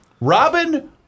Robin